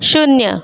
शून्य